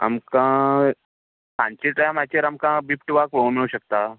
आमकां सांजचे टायमाचेर आमकां बिबटो वाग पळोवंक मेळूंक शकता